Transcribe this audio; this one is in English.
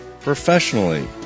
professionally